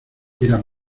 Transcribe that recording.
era